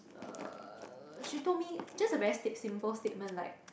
uh she told me just a very state simple statement like